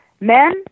Men